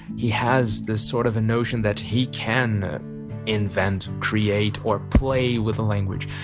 he has this sort of a notion that he can invent, create or play with the language.